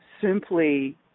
simply